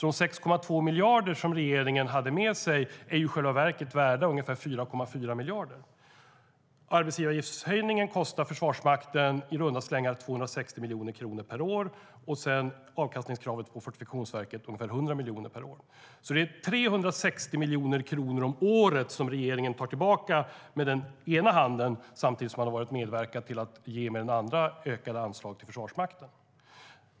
De 6,2 miljarder som regeringen avsatte är i själva verket värda ungefär 4,4 miljarder. Arbetsgivaravgiftshöjningen kostar Försvarsmakten i runda slängar 260 miljoner kronor per år. Avkastningskravet på Fortifikationsverket uppgår till 100 miljoner kronor per år. Det är alltså 360 miljoner kronor om året som regeringen tar tillbaka med den ena handen samtidigt som man med den andra handen ger ökade anslag till Försvarsmakten.